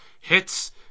hits